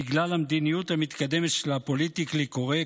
בגלל המדיניות המתקדמת של הפוליטיקלי קורקט?